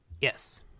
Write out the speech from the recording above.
Yes